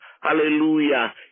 Hallelujah